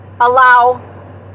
allow